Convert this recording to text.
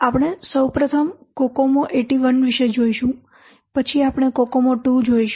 આપણે સૌ પ્રથમ કોકોમો 81 વિશે જોઈશું પછી આપણે કોકોમો II જોઈશું